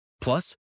Plus